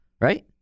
right